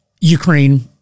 Ukraine